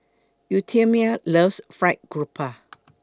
Euphemia loves Fried Garoupa